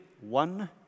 one